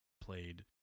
played